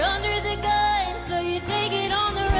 under the gun so you take it it on